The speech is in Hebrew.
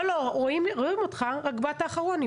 רואים אותך, רק באת אחרון.